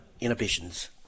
Inhibitions